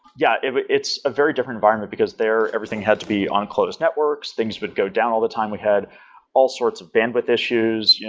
yeah, it's a very different environment because there everything had to be on closed networks, things would go down all the time we had all sorts of bandwidth issues.